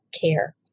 care